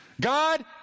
God